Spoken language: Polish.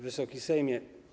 Wysoki Sejmie!